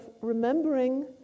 remembering